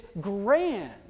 grand